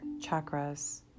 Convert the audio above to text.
chakras